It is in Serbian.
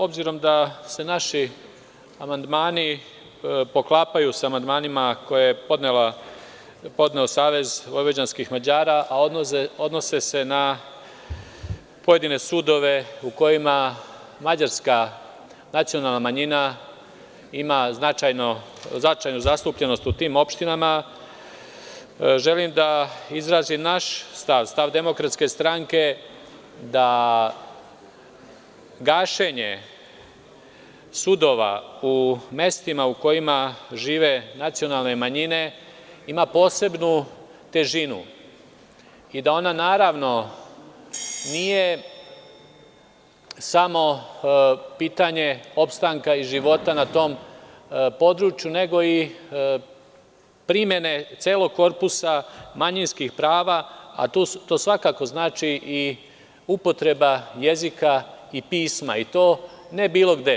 Obzirom da se naši amandmani poklapaju sa amandmanima koje je podneo SVM, a odnose se na pojedine sudove u kojima mađarska nacionalna manjina ima značajnu zastupljenost u tim opštinama, želim da izrazim naš stav, stav DS, da gašenje sudova u mestima u kojima žive nacionalne manjine ima posebnu težinu i da ona, naravno, nije samo pitanje opstanka i života na tom području, nego i primene celog korpusa manjinskih prava, a to svakako znači i upotreba jezika i pisma i to ne bilo gde.